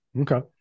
Okay